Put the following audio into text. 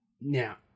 Now